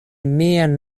mian